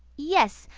yes.